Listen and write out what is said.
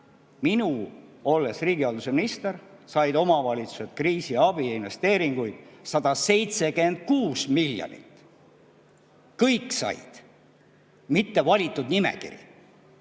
mina olin riigihalduse minister, siis said omavalitsused kriisiabi investeeringuid 176 miljonit. Kõik said, mitte valitud nimekiri.